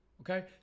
okay